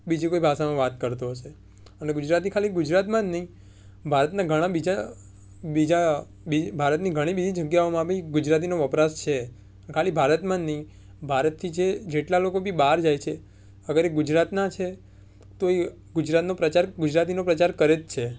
બીજી કોઈ ભાષામાં વાત કરતો હશે અને ગુજરાતી ખાલી ગુજરાતમાં જ નહીં ભારતના ઘણા બીજા બીજા ભારતની ઘણી બીજી જગ્યાઓમાં બી ગુજરાતીનો વપરાશ છે ખાલી ભારતમાં જ નહીં ભારતથી જે જેટલા લોકો બી બહાર જાય છે અગર એ ગુજરાતના છે તો એ ગુજરાતનો પ્રચાર ગુજરાતીનો પ્રચાર કરે જ છે